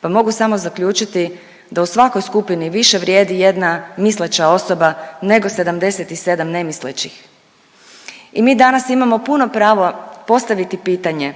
Pa mogu samo zaključiti da u svakoj skupini više vrijedi jedna misleća osoba nego 77 nemislećih. I mi danas imamo puno pravo postaviti pitanje,